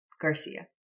Garcia